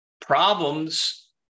problems